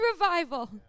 revival